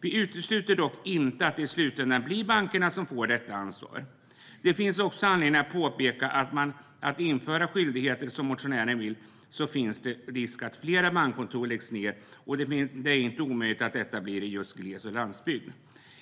Vi utesluter dock inte att det i slutändan blir bankerna som får detta ansvar. Det finns också anledning att påpeka att om man inför en skyldighet, som motionärerna vill, finns en risk att fler bankkontor läggs ned, och det är inte omöjligt att detta blir i just glesbygd och på landsbygd.